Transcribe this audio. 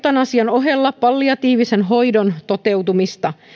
ohella palliatiivisen hoidon toteutumista